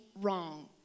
wrong